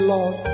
Lord